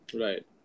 Right